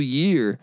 year